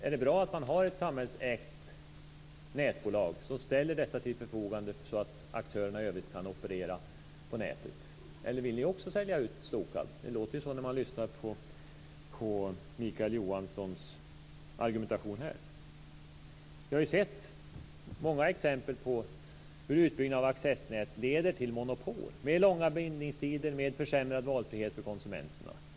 Är det bra att man har ett samhällsägt nätbolag som ställer detta till förfogande, så att aktörerna i övrigt kan operera på nätet? Eller vill ni också sälja ut Stokab? Det låter ju så när man lyssnar på Mikael Johanssons argumentation här. Vi har ju sett många exempel på hur utbyggnaden av accessnät leder till monopol med långa bindningstider och med försämrad valfrihet för konsumenterna.